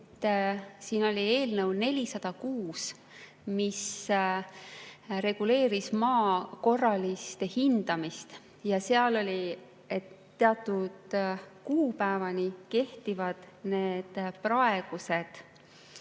siin oli eelnõu 406, mis reguleeris maa korralist hindamist, ja seal oli öeldud, et teatud kuupäevani kehtivad praegused